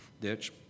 ditch